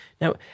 Now